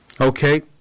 Okay